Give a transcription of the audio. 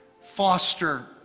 foster